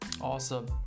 Awesome